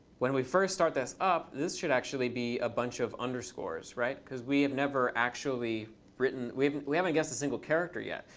when we first start this up, this should actually be a bunch of underscores, right? because we have never actually written we haven't we haven't guessed a single character yet.